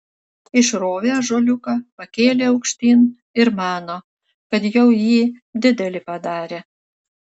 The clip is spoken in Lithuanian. išrovė ąžuoliuką pakėlė aukštyn ir mano kad jau jį didelį padarė